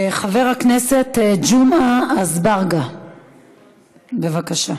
חבר הכנסת ג'מעה אזברגה, בבקשה.